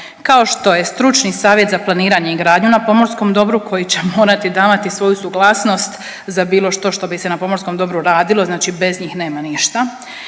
kao što je Stručni savjet za planiranje i gradnju na pomorskom dobru koji će morati davati svoju suglasnost za bilo što što bi se na pomorskom dobru radilo, znači bez njih nema ništa.